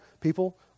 People